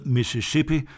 Mississippi